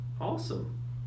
Awesome